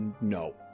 No